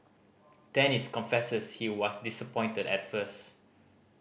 Dennis confesses he was disappointed at first